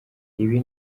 ibi